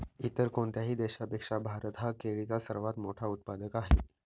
इतर कोणत्याही देशापेक्षा भारत हा केळीचा सर्वात मोठा उत्पादक आहे